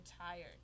tired